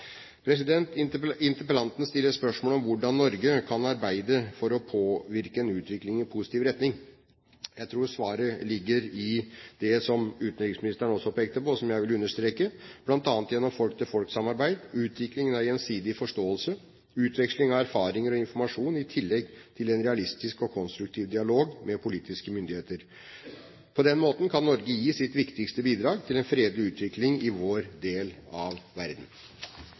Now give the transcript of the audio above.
Interpellanten stiller spørsmål om hvordan Norge kan arbeide for å påvirke en utvikling i positiv retning. Jeg tror svaret ligger i det som utenriksministeren også pekte på – og som jeg vil understreke – bl.a. gjennom folk-til-folk-samarbeid, utvikling av gjensidig forståelse, utveksling av erfaringer og informasjon i tillegg til en realistisk og konstruktiv dialog med politiske myndigheter. På den måten kan Norge gi sitt viktigste bidrag til en fredelig utvikling i vår del av verden.